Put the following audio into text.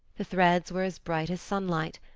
the threads were as bright as sunlight,